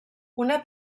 una